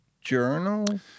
journal